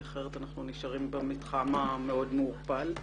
כי אחרת אנחנו נשארים במתחם המאוד מעורפל,